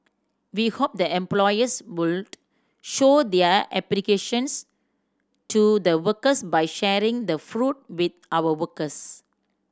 we hope the employers would show their applications to the workers by sharing the fruit with our workers